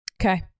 Okay